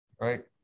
right